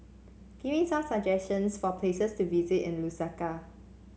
give me some suggestions for places to visit in Lusaka